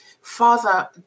Father